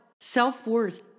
self-worth